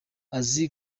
azi